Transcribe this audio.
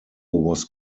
was